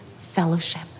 fellowship